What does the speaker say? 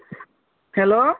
hello